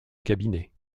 cabinet